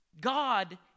God